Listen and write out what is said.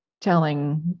telling